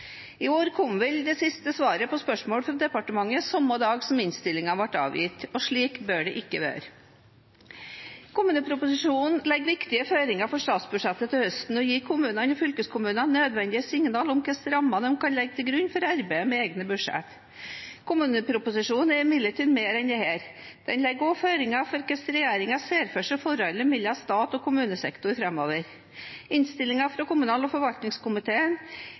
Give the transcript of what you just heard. I år kom vel siste svar på spørsmål fra departementet samme dag som innstillingen ble avgitt. Slik bør det ikke være. Kommuneproposisjonen legger viktige føringer for statsbudsjettet til høsten og gir kommunene og fylkeskommunene nødvendige signaler om hvilke rammer de kan legge til grunn for arbeidet med egne budsjetter. Kommuneproposisjonen er imidlertid mer enn dette. Den legger også føringer for hvordan regjeringen ser for seg forholdet mellom stat og kommunesektor framover. Innstillingen fra kommunal- og forvaltningskomiteen